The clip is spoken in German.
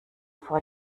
vor